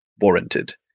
warranted